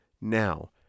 now